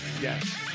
Yes